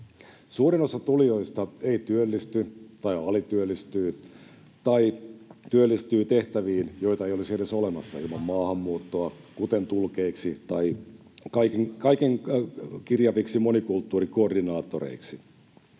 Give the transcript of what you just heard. Suurin osa tulijoista ei työllisty tai alityöllistyy tai työllistyy tehtäviin, joita ei olisi edes olemassa ilman maahanmuuttoa, kuten tulkeiksi tai kaikenkirjaviksi monikulttuurikoordinaattoreiksi.